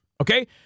Okay